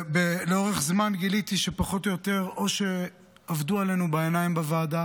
לאורך זמן גיליתי שפחות או יותר או שעבדו עלינו בעיניים בוועדה,